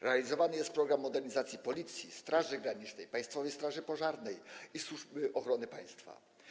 Realizowany jest program modernizacji Policji, Straży Granicznej, Państwowej Straży Pożarnej i Służby Ochrony Państwa.